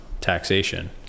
taxation